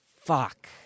Fuck